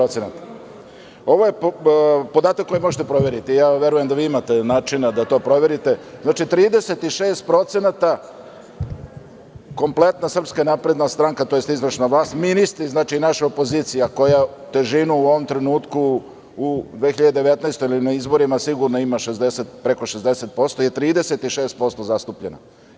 Ovo je podatak koji možete proveriti, ja verujem da vi imate načina da to proverite, znači 36% kompletna SNS, tj. izvršna vlast, ministri, naša opozicija koja težinu u ovom trenutku u 2019. godini ili na izborima sigurno ima preko 60% je 36% zastupljena.